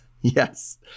Yes